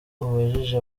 ubajije